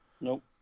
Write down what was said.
Nope